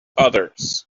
others